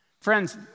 Friends